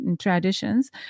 traditions